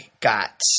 got